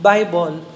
Bible